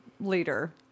leader